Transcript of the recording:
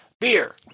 Beer